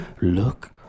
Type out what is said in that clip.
look